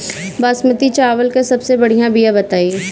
बासमती चावल के सबसे बढ़िया बिया बताई?